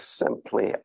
simply